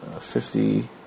fifty